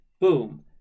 Boom